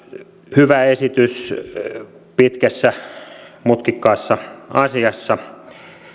hyvä esitys pitkässä mutkikkaassa asiassa